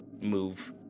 move